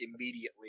immediately